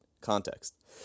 context